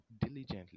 diligently